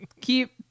keep